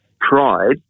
Pride